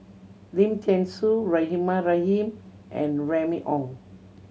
Lim Thean Soo Rahimah Rahim and Remy Ong